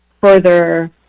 further